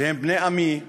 שהם בני עמי,